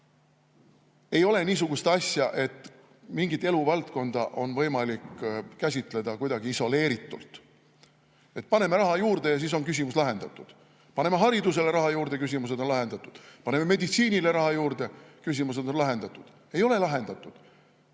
ei ole niisugust asja, et mingit eluvaldkonda oleks võimalik käsitleda kuidagi isoleeritult, et paneme raha juurde ja siis on küsimus lahendatud, et paneme haridusele raha juurde ja küsimused on lahendatud või paneme meditsiinile raha juurde ja küsimused on lahendatud. Ei ole lahendatud!